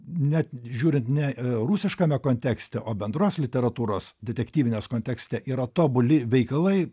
net žiūrint ne rusiškame kontekste o bendros literatūros detektyvinės kontekste yra tobuli veikalai